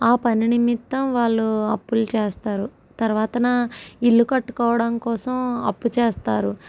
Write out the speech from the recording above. ఆ పనినిమిత్తం వాళ్ళు అప్పులు చేస్తారు తర్వాత ఇల్లు కట్టుకోవడం కోసం అప్పుచేస్తారు